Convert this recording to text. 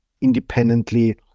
independently